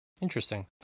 Interesting